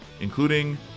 including